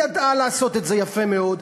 היא ידעה לעשות את זה יפה מאוד.